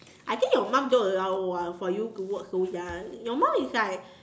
I think your mum don't allow ah for you to work so young your mum is like